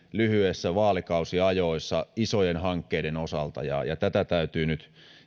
lyhyissä vaalikausiajoissa isojen hankkeiden osalta tätä täytyy nyt